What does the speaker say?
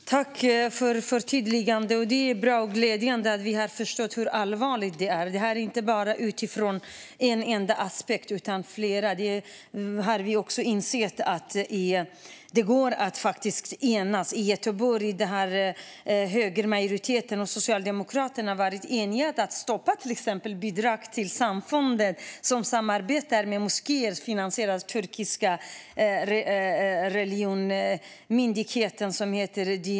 Fru talman! Tack för förtydligandet! Det är bra och glädjande att vi har förstått hur allvarligt det här är. Det menar jag inte bara utifrån en enda aspekt, utan flera. Vi har insett att man kan enas. I Göteborg har högermajoriteten och Socialdemokraterna varit eniga om att stoppa till exempel bidrag till samfund som samarbetar med moskéer som finansieras från den turkiska religionsmyndigheten, Dinayet.